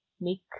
make